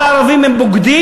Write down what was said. כל הערבים הם בוגדים?